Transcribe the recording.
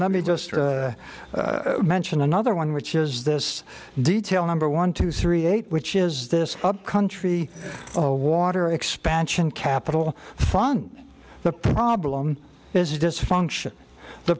let me just mention another one which is this detail number one two three eight which is this country water expansion capital font the problem is dysfunction the